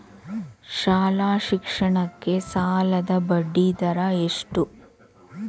ಶಾಲಾ ಶಿಕ್ಷಣಕ್ಕೆ ಸಾಲದ ಬಡ್ಡಿದರ ಎಷ್ಟು?